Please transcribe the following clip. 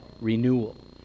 renewal